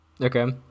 Okay